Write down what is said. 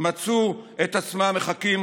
מצאו את עצמם מחכים